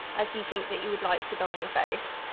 as you think that you would like to go on your face,